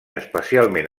especialment